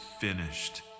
finished